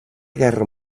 guerra